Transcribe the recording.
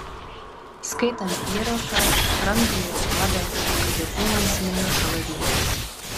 skaitant įrašą ramziui atrodė kad jo kūnan sminga kalavijas